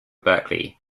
berkeley